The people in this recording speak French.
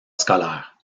scolaires